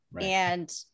and-